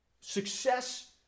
success